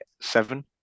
seven